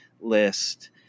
list